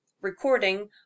Recording